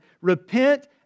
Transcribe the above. Repent